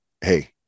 hey